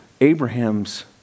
Abraham's